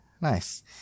nice